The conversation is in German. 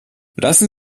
lassen